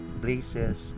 places